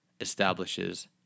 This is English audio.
establishes